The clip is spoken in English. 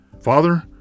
Father